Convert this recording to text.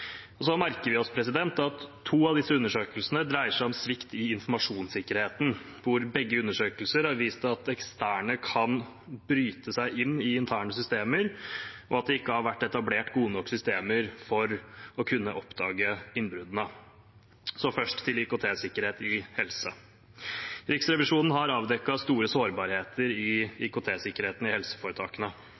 Vi merker oss at to av disse undersøkelsene dreier seg om svikt i informasjonssikkerheten, hvor begge undersøkelsene har vist at eksterne kan bryte seg inn i interne systemer, og at det ikke har vært etablert gode nok systemer for å kunne oppdage innbruddene. Først til IKT-sikkerhet innenfor helse. Riksrevisjonen har avdekket store sårbarheter i IKT-sikkerheten i helseforetakene.